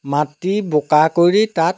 মাটি বোকা কৰি তাত